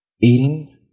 eating